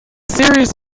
series